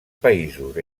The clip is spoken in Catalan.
països